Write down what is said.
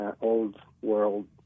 old-world